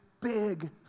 big